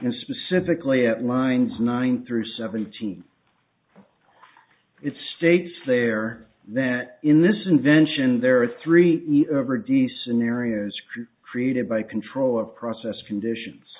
and specifically at lines nine through seventeen it states there that in this invention there are three ever decent areas created by control of process conditions